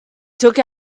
took